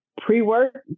pre-work